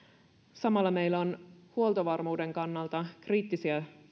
samalla meillä on huoltovarmuuden kannalta kriittisiä